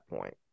point